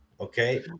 Okay